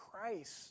Christ